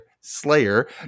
Slayer